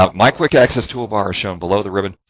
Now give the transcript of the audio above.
ah my quick access toolbar shown below the ribbon.